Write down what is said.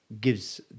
gives